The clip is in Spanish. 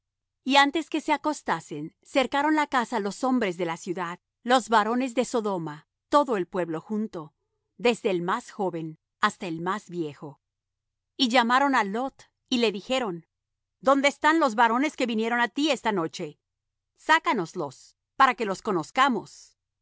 y antes que se acostasen cercaron la casa los hombres de la ciudad los varones de sodoma todo el pueblo junto desde el más joven hasta el más viejo y llamaron á lot y le dijeron dónde están los varones que vinieron á ti esta noche sácanoslos para que los conozcamos